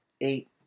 eight